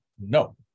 no